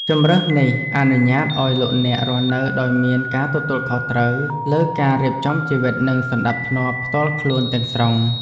ជម្រើសនេះអនុញ្ញាតឱ្យលោកអ្នករស់នៅដោយមានការទទួលខុសត្រូវលើការរៀបចំជីវិតនិងសណ្ដាប់ធ្នាប់ផ្ទាល់ខ្លួនទាំងស្រុង។